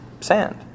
sand